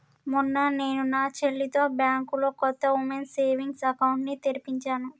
మొన్న నేను నా చెల్లితో బ్యాంకులో కొత్త ఉమెన్స్ సేవింగ్స్ అకౌంట్ ని తెరిపించాను